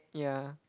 ya